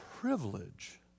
privilege